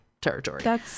territory